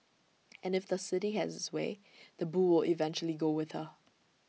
and if the city has its way the bull eventually go with her